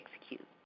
execute